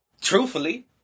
Truthfully